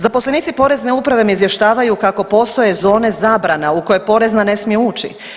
Zaposlenici Porezne uprave me izvještavaju kako postoje zone zabrana u koje porezna ne smije ući.